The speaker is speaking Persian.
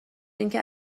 اینکه